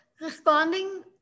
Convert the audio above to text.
Responding